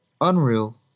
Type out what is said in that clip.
Unreal